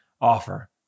offer